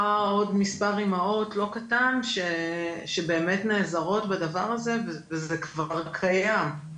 עוד מספר אימהות לא קטן שבאמת נעזרות בדבר הזה וזה כבר קיים.